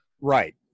Right